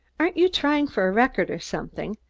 aren't you trying for a record or something?